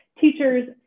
teachers